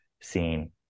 scene